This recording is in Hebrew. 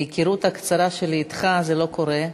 מההיכרות הקצרה שלי אתך, זה לא קורה.